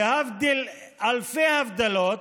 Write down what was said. להבדיל אלפי הבדלות,